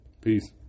Peace